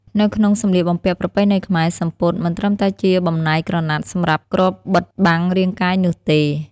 នៅក្នុងសម្លៀកបំពាក់ប្រពៃណីខ្មែរ សំពត់ មិនត្រឹមតែជាបំណែកក្រណាត់សម្រាប់គ្របបិទបាំងរាងកាយនោះទេ។